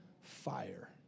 fire